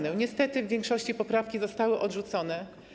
Niestety w większości poprawki zostały odrzucone.